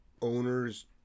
owners